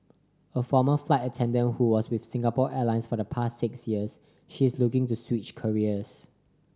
a former flight attendant who was with Singapore Airlines for the past six years she is looking to switch careers